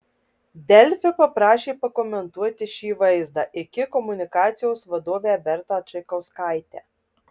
delfi paprašė pakomentuoti šį vaizdą iki komunikacijos vadovę bertą čaikauskaitę